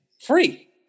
free